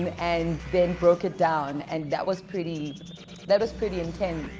and and then broke it down and that was pretty that was pretty intense.